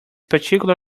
particular